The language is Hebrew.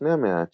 לפני המאה ה-19,